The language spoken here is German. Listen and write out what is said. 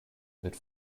wird